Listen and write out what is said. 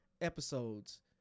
episodes